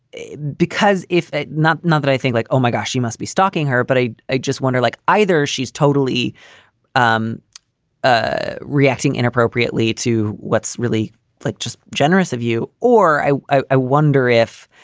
because if not now that i think like, oh, my gosh, she must be stalking her. but i. i just wonder, like either she's totally um ah reacting inappropriately to what's really like just generous of you or i i wonder if